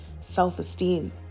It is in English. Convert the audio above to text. self-esteem